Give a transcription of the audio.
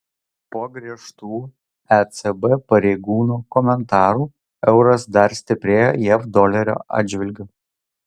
po griežtų ecb pareigūno komentarų euras dar sustiprėjo jav dolerio atžvilgiu